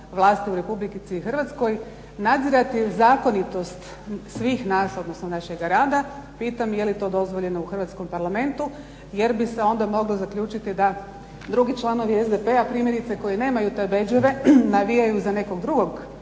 vlasti u Republici Hrvatskoj nadzirati zakonitost svih nas, odnosno našega rada, pitam je li to dozvoljeno u hrvatskom Parlamentu, jer bi se onda moglo zaključiti da drugi članovi SDP-a primjerice koji nemaju te bedževe navijaju za nekog drugog